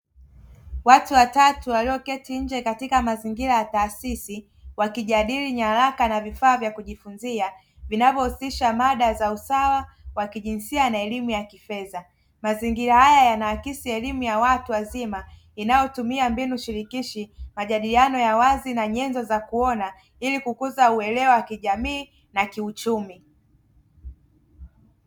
Watu watatu walioketi nje katika mazingira ya taasisi wakijadili nyaraka na vifaa vya kujifunza vinavyohusisha mada za usawa wa kijinsia na elimu ya kifedha, mazingira haya yanaakisi elimu ya watu wazima inayotumia mbinu shirikishi majadiliano ya wazi na nyenzo za kuona ili kukuza uelewa wa kijamii na kiuchumi.